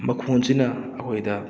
ꯃꯈꯣꯟꯁꯤꯅ ꯑꯩꯈꯣꯏꯗ